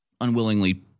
unwillingly